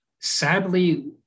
sadly